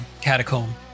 catacomb